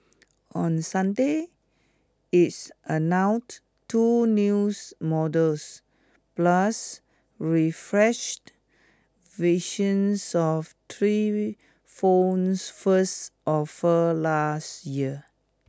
on Sunday it's two news models plus refreshed visions of three phones first offered last year